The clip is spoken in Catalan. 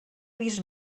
vist